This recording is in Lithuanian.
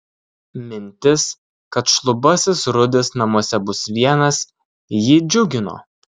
mintis kad šlubasis rudis namuose bus vienas jį džiugino